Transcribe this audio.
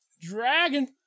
Dragon